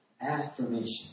affirmation